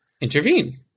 intervene